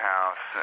House